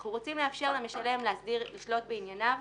אנחנו רוצים לאפשר למשלם לשלוט בענייניו.